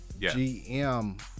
GM